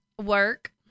Work